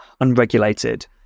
unregulated